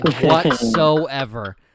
whatsoever